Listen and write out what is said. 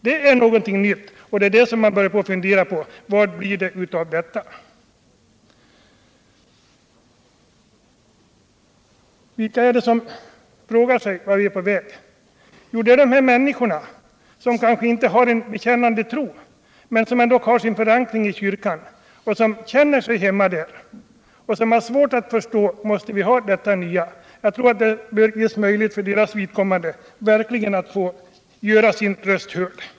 Det är någonting nytt, och det är därför man börjat fundera på frågan: Vad blir det av detta? Vilka är det som frågar sig vart vi är på väg? Jo, det är de människor som kanske inte har en bekännande tro men som ändå har sin förankring i kyrkan, som känner sig hemma där och som har svårt att förstå att vi måste ha detta nya. Jag tror att det bör ges möjlighet för dem att verkligen få göra sina röster hörda.